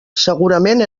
segurament